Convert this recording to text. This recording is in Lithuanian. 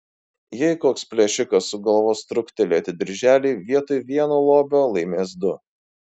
jei koks plėšikas sugalvos truktelėti dirželį vietoj vieno lobio laimės du